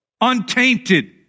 untainted